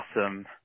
awesome